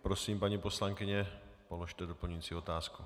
Prosím, paní poslankyně, položte doplňující otázku.